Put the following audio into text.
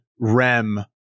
rem